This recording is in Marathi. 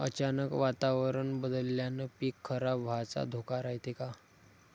अचानक वातावरण बदलल्यानं पीक खराब व्हाचा धोका रायते का?